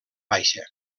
baixa